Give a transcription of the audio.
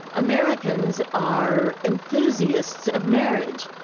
americans are enthusiasts of marriage.